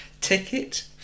Ticket